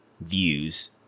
views